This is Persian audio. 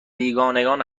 بیگانگان